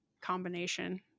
combination